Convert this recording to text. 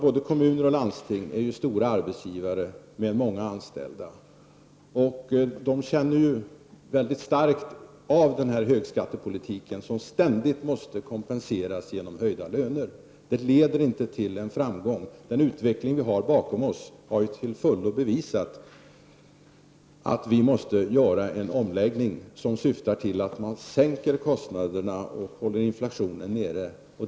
Både kommuner och landsting är ju stora arbetsgivare med många anställda, och de känner väldigt starkt av denna högskattepolitik som ständigt måste kompenseras genom höjda löner. Detta leder inte till någon framgång. Den utveckling vi har bakom oss har till fullo bevisat att vi måste göra en omläggning som syftar till att man sänker kostnaderna och håller inflationen nere.